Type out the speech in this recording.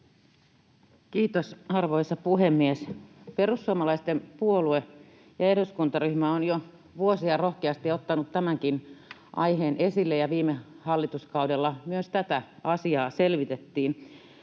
Content: Arvoisa puhemies! Perussuomalaisten puolue ja eduskuntaryhmä ovat jo vuosia rohkeasti ottaneet tämänkin aiheen esille, ja viime hallituskaudella myös tätä asiaa selvitettiin.